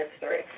history